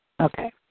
Okay